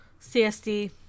CSD